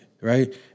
right